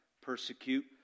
persecute